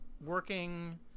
working